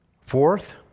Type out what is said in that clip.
Fourth